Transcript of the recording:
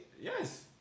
Yes